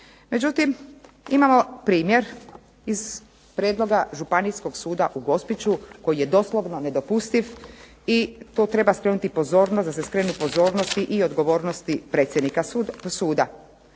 Međutim imamo primjer iz prijedloga Županijskog suda u Gospiću, koji je doslovno nedopustiv, i to treba skrenuti pozornost, da se skrene pozornost i odgovornosti predsjednika suda.